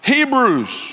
Hebrews